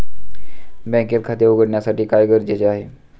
बँकेत खाते उघडण्यासाठी काय गरजेचे आहे?